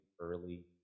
early